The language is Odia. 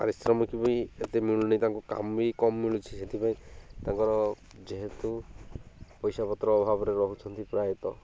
ପାରିଶ୍ରାମିକ ବି ଏତେ ମିଳୁନି ତାଙ୍କୁ କାମ ବି କମ୍ ମିଳୁଛିି ସେଥିପାଇଁ ତାଙ୍କର ଯେହେତୁ ପଇସାପତ୍ର ଅଭାବରେ ରହୁଛନ୍ତି ପ୍ରାୟତଃ